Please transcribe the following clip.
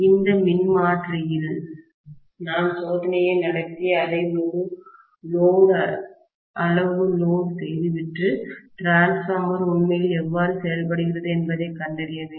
இந்த மின்மாற்றியில் டிரான்ஸ்பார்மரில் நான் சோதனையை நடத்தி அதை முழு அளவு லோடு செய்துவிட்டு மின்மாற்றிடிரான்ஸ்பார்மர் உண்மையில் எவ்வாறு செயல்படுகிறது என்பதைக் கண்டறிய வேண்டும்